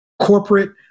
corporate